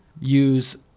use